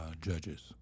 judges